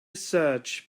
search